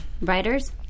Writers